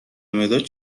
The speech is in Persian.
مداد